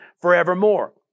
forevermore